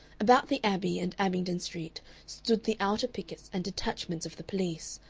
about the abbey and abingdon street stood the outer pickets and detachments of the police,